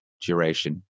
duration